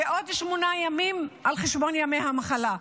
ועוד שמונה ימים על חשבון ימי המחלה.